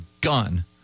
gun